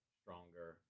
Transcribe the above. stronger